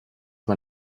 mal